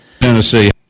Tennessee